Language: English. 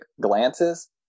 glances